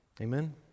Amen